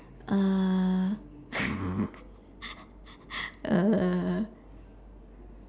uh err